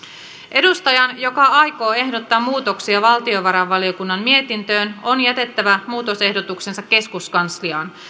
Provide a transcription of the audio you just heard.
edustajan joka aikoo ehdottaa muutoksia valtiovarainvaliokunnan mietintöön on jätettävä muutosehdotuksensa keskuskansliaan